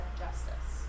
justice